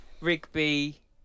rigby